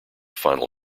final